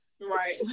right